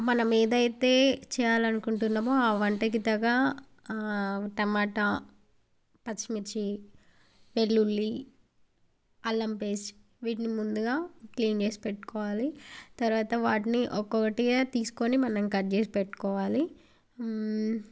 మనము ఏది అయితే చెయ్యాలని అనుకుంటున్నామో ఆ వంటకి తగ్గ టొమాటో పచ్చిమిర్చి వెల్లుల్లి అల్లం పేస్ట్ వీటిని ముందుగా క్లీన్ చేసి పెట్టుకోవాలి తరవాత వాటిని ఒక్కోకటిగా తీసుకుని మనం కట్ చేసి పెట్టుకోవాలి